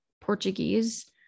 Portuguese